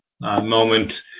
moment